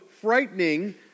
frightening